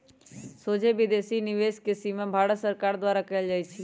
सोझे विदेशी निवेश के सीमा भारत सरकार द्वारा कएल जाइ छइ